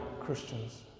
Christians